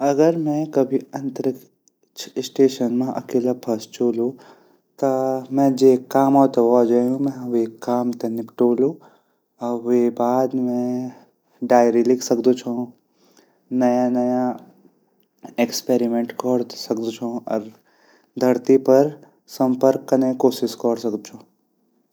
अगर मैं कभी अंतरिक्ष स्टेशन मा अकेला फस जोलु ता मैं जे कामो ते वो जयू वे काम ते निपटोलू अर वे बाद मैं डायरी लिख सकदु छो नया-नया एक्सपेरिमेंट कोर सकदु छो अर धरती पर संपर्क कने कोशिश कर सकदु छो।